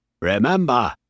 Remember